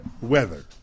weather